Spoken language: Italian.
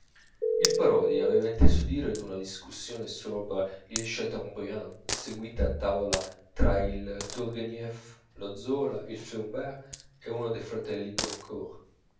il parodi aveva inteso dire d'una discussione sopra il chateaubriand seguita a tavola fra il turghenieff lo zola il flaubert e uno dei fratelli